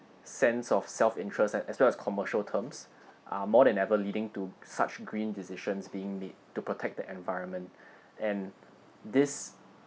sense of self-interest and as well as commercial terms are more than ever leading to such green decisions being made to protect the environment and this